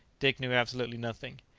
dick knew absolutely nothing.